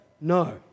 No